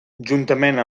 juntament